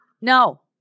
No